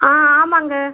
ஆ ஆமாங்க